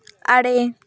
ᱟᱨᱮ